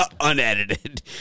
Unedited